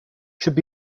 should